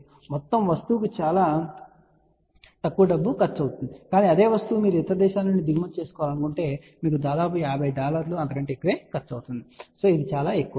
కాబట్టి మొత్తం వస్తువుకు చాలా తక్కువ డబ్బు ఖర్చు అవుతుంది కానీ అదే వస్తువు మీరు ఇతర దేశాల నుండి దిగుమతి చేసుకోవాలనుకుంటే మీకు దాదాపు 50 డాలర్ల లేదా అంతకంటే ఎక్కువ ఖర్చు అవుతుంది మరియు అది చాలా ఎక్కువ